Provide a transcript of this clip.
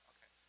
Okay